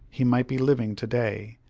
he might be living to-day.